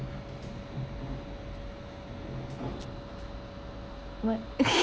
what